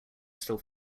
still